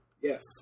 Yes